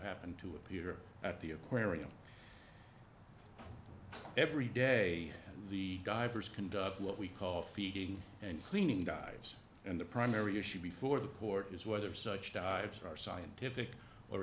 happen to appear at the aquarium every day the divers conduct what we call feeding and cleaning dives and the primary issue before the court is whether such dives are scientific or